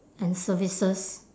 and services